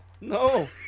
no